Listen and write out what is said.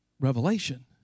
Revelation